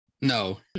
No